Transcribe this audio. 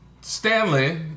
Stanley